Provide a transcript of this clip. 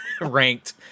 ranked